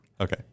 okay